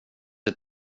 ett